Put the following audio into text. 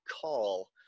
call